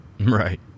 Right